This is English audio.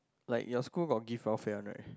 like your school got give welfare one right